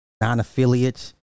non-affiliates